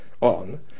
on